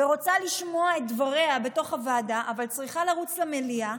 רוצה לשמוע את דבריה בתוך הוועדה אבל צריכה לרוץ למליאה,